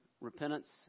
repentance